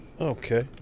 Okay